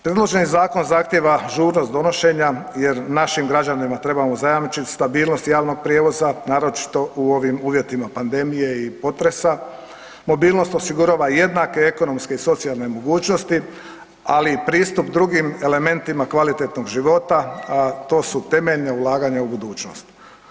Predloženi zakon zahtjeva žurnost donošenja jer našim građanima trebamo zajamčit stabilnost javnog prijevoza, naročito u ovim uvjetima pandemije i potresa, mobilnost osigurava jednake ekonomske i socijalne mogućnosti, ali i pristup drugim elementima kvalitetnog života, a to su temeljna ulaganja u budućnost.